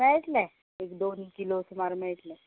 मेळट्लें एक दोन किलो सुमार मेळट्लें